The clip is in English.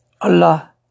Allah